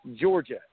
Georgia